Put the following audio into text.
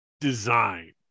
design